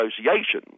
Association